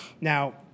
Now